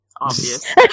Obvious